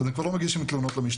אז הם כבר לא מגישים תלונות למשטרה.